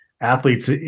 athletes